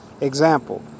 example